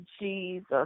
Jesus